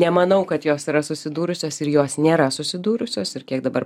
nemanau kad jos yra susidūrusios ir jos nėra susidūrusios ir kiek dabar